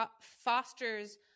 fosters